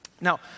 Now